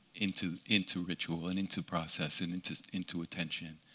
into into ritual and into process and into into attention,